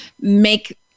make